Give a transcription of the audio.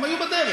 הם היו בדרך.